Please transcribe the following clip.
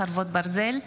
חרבות ברזל),